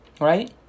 Right